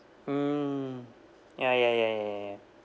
mm ya ya ya ya ya ya